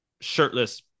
shirtless